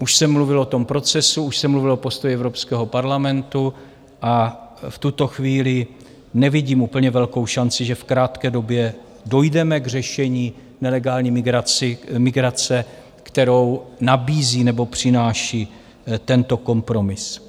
Už se mluvilo o tom procesu, už se mluvilo o postoji Evropského parlamentu a v tuto chvíli nevidím úplně velkou šanci, že v krátké době dojdeme k řešení nelegální migrace, které nabízí nebo přináší tento kompromis.